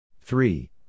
three